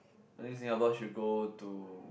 I think Singapore should go to